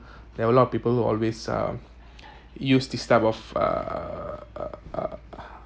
there were a lot of people always uh use this type of uh uh uh uh uh